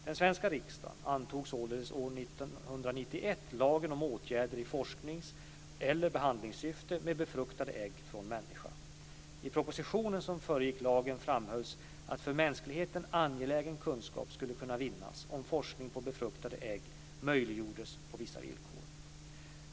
Den svenska riksdagen antog således år 1991 lagen om åtgärder i forskningseller behandlingssyfte med befruktade ägg från människa. I propositionen (1990/91:52, bet.